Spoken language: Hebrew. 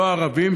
לא ערבים,